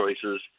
choices